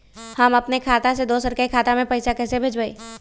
हम अपने खाता से दोसर के खाता में पैसा कइसे भेजबै?